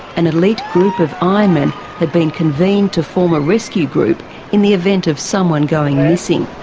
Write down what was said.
an elite group of ironmen had been convened to form a rescue group in the event of someone going missing.